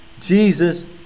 Jesus